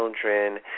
children